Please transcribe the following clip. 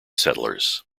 settlers